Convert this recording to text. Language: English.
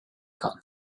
gun